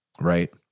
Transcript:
right